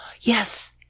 Yes